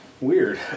weird